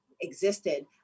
existed